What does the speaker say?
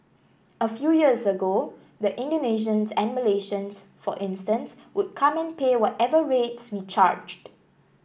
a few years ago the Indonesians and Malaysians for instance would come and pay whatever rates we charged